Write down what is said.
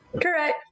Correct